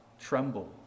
tremble